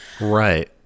right